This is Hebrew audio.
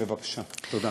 תודה.